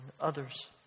others